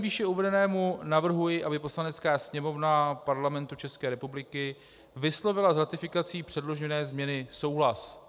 Vzhledem k výše uvedenému navrhuji, aby Poslanecká sněmovna Parlamentu České republiky vyslovila s ratifikací předložené změny souhlas.